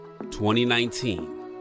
2019